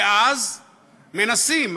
ואז מנסים,